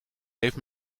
heeft